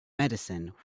medicine